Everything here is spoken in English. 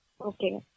okay